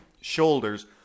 shoulders